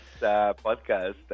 podcast